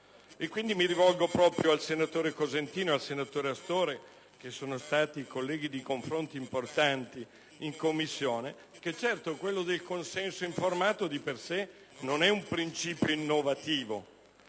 Mi rivolgo proprio ai senatori Cosentino ed Astore, con cui ci sono stati confronti importanti in Commissione. Certo, quello del consenso informato di per sé non è un principio innovativo: